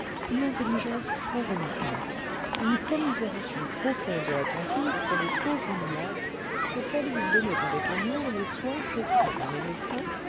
une intelligence très-remarquable une commisération profonde et attentive pour les pauvres malades auxquels il donnait avec amour les soins prescrits par les médecins